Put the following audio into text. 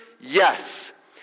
Yes